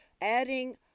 adding